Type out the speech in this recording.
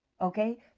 Okay